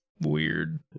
Weird